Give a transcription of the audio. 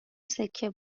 سکه